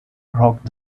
rock